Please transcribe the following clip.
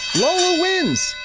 lola wins!